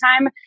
time